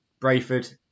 Brayford